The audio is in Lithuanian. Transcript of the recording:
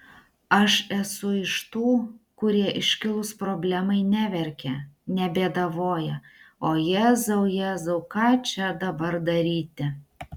aš esu iš tų kurie iškilus problemai neverkia nebėdavoja o jėzau jėzau ką čia dabar daryti